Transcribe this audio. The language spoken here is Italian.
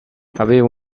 aveva